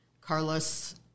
Carlos